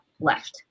left